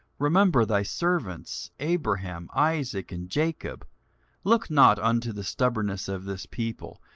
remember thy servants, abraham, isaac, and jacob look not unto the stubbornness of this people,